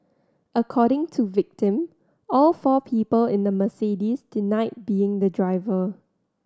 according to victim all four people in the Mercedes denied being the driver